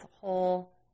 whole